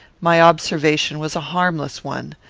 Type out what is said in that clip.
my observation was a harmless one.